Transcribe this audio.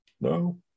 No